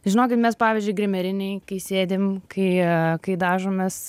žinokit mes pavyzdžiui grimerinėj kai sėdim kai kai dažomės